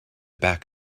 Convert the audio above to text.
back